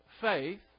faith